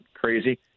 crazy